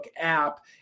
app